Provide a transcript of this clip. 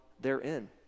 therein